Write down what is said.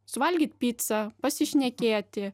suvalgyt picą pasišnekėti